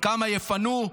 כמה יפנו,